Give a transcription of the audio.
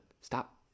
Stop